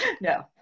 No